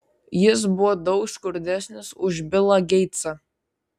jis buvo daug skurdesnis už bilą geitsą